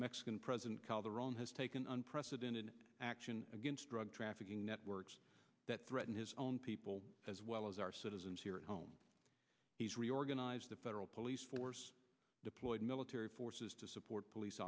mexican president calderon has taken unprecedented action against drug trafficking networks that threaten his own people as well as our citizens here at home he's reorganized the federal police force deployed military forces to support police